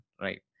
right